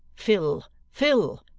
fill, fill.